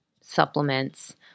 supplements